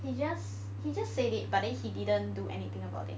he just said it but then he didn't do anything about it